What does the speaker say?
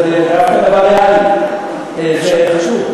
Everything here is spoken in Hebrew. ריאלי.